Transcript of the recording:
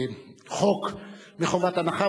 הצעת החוק מחובת הנחה,